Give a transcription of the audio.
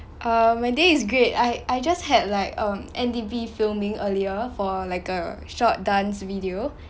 err my day is great I I just had like um N_D_P filming earlier for like a short dance video